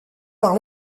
par